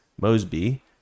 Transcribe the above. Mosby